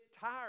tired